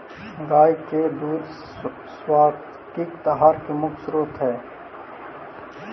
गाय के दूध सात्विक आहार के मुख्य स्रोत हई